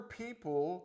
people